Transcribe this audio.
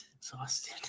Exhausted